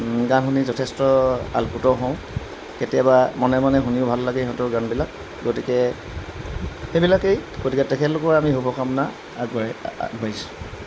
গান শুনি যথেষ্ট আলপুত হওঁ কেতিয়াবা মনে মনে শুনি ভাল লাগে সিহঁতৰ গানবিলাক গতিকে সেইবিলাকেই গতিকে তেখেতলোকৰ আমি শুভকামনা আগবাঢ়ি আগবাঢ়িছোঁ